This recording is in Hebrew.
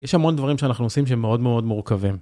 יש המון דברים שאנחנו עושים שהם מאוד מאוד מורכבים.